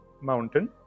mountain